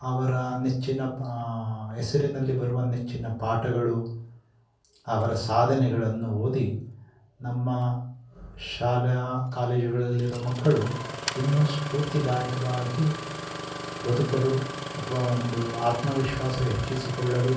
ಅವರ ನೆಚ್ಚಿನ ಹೆಸರಿನಲ್ಲಿ ಬರುವ ನೆಚ್ಚಿನ ಪಾಠಗಳು ಅವರ ಸಾಧನೆಗಳನ್ನು ಓದಿ ನಮ್ಮ ಶಾಲಾ ಕಾಲೇಜುಗಳಲ್ಲಿರೋ ಮಕ್ಕಳು ಇನ್ನೂ ಸ್ಪೂರ್ತಿದಾಯಕವಾಗಿ ಬದುಕಲು ಅಥ್ವ ಒಂದು ಆತ್ಮವಿಶ್ವಾಸ ಹೆಚ್ಚಿಸಿಕೊಳ್ಳಲು